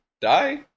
die